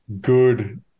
good